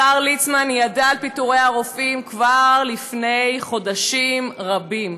השר ליצמן ידע על פיטורי הרופאים כבר לפני חודשים רבים,